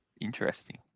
Interesting